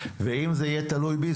ואם זה יהיה תלוי בי,